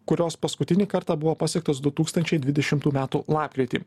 kurios paskutinį kartą buvo pasiektos du tūkstančiai dvidešimtų metų lapkritį